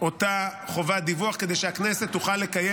אותה חובת דיווח כדי שהכנסת תוכל לקיים